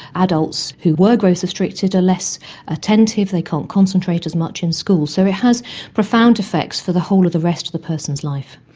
adults who were growth restricted are less attentive, they can't concentrate as much in school. so it has profound effects for the whole of the rest of the person's life.